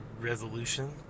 Resolution